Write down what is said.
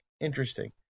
Interesting